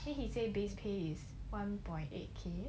then he say based pays is one point eight K